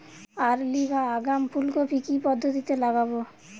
Early বা আগাম ফুল কপি কি পদ্ধতিতে লাগাবো?